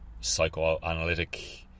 Psychoanalytic